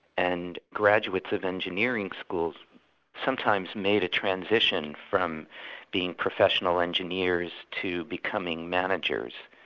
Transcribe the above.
and graduates of engineering schools sometimes made a transition from being professional engineers to becoming managers.